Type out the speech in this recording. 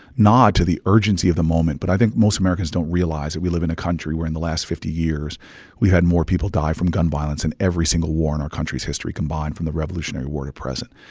nod to the urgency of the moment. but i think most americans don't realize that we live in a country where in the last fifty years we had more people die from gun violence than every single war in our country's history combined from the revolutionary war to present.